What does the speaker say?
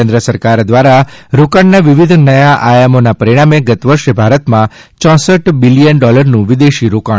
કેન્દ્ર સરકાર દ્વારા રોકાણના વિવિધ નવા આયામોના પરિણામે ગત વર્ષે ભારતમાં ચોસઠ બિલિયન ડોલરનું વિદેશી રોકાણ આવ્યું છે